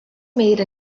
made